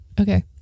Okay